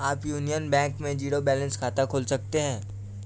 आप union bank में zero balance खाता खोल सकते हैं